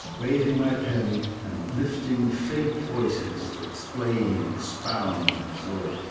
waving my pen and lifting faint voices to explain, expound, and exhort,